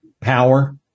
Power